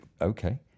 Okay